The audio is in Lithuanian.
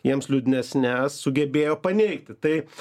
jiems liūdnesnes sugebėjo paneigti tai